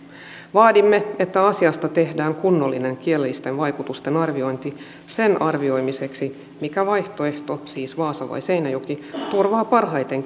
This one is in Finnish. vaadimme että asiasta tehdään kunnollinen kielellisten vaikutusten arviointi sen arvioimiseksi mikä vaihtoehto siis vaasa vai seinäjoki turvaa parhaiten